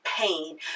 pain